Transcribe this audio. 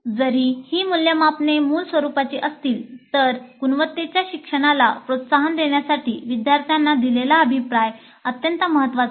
जरी ही मूल्यमापने मुळ स्वरुपाची असतील तरी गुणवत्तेच्या शिक्षणाला प्रोत्साहन देण्यासाठी विद्यार्थ्यांना दिलेला अभिप्राय अत्यंत महत्वाचा आहे